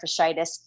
fasciitis